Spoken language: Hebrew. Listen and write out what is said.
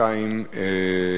1243,